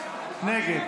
נגד